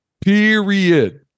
period